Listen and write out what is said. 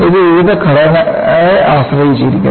ഇത് വിവിധ ഘടകങ്ങളെ ആശ്രയിച്ചിരിക്കുന്നു